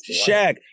Shaq